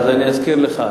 אני אזכיר לך.